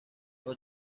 los